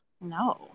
No